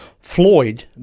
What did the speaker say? Floyd